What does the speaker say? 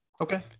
Okay